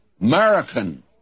American